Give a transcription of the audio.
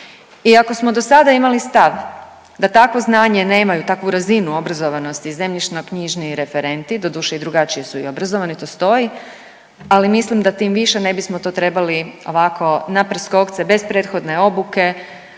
I ako smo do sada imali stav da takvo znanje nemaju, takvu razinu obrazovanosti zemljišno-knjižni referenti, doduše i drugačije su i obrazovani to stoji. Ali mislim da tim više ne bismo to trebali ovako na preskokce bez prethodne obuke,